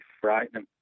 frightening